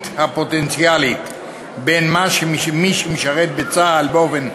הפוטנציאלית בין מי שמשרת בצה"ל באופן קבוע,